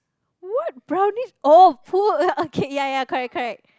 what brownies oh pool okay ya ya correct correct